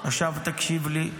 תקשיב לי,